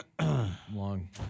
long